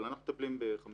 אבל אנחנו מטפלים ב-57,000